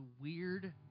weird